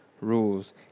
rules